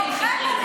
התנתקתם לגמרי.